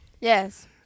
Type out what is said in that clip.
Yes